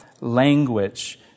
language